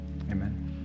amen